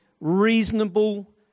reasonable